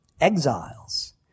exiles